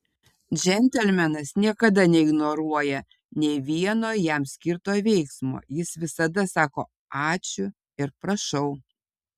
džentelmenas niekada neignoruoja nė vieno jam skirto veiksmo jis visada sako ačiū ir prašau